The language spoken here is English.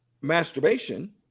masturbation